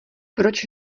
proč